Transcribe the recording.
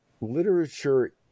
literature